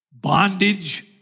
bondage